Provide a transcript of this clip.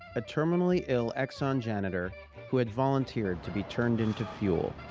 a terminally ill exxon janitor who had volunteered to be turned into fuel.